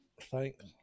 Thanks